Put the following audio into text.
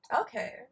Okay